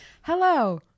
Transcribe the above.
hello